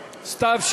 סתיו,